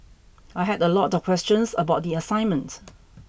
I had a lot of questions about the assignment